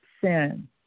sin